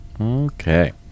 Okay